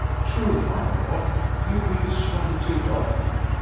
true, my lord, he reels from the tilt often.